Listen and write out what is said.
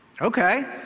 Okay